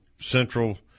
Central